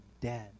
dead